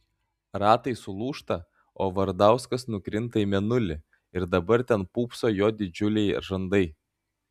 ratai sulūžta o vardauskas nukrinta į mėnulį ir dabar ten pūpso jo didžiuliai žandai